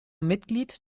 mitglied